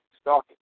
stalking